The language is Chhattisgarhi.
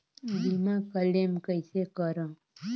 बीमा क्लेम कइसे करों?